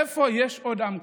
איפה יש עוד עם כזה,